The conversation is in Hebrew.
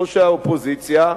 ליושבת-ראש האופוזיציה,